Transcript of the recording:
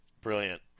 Brilliant